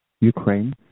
Ukraine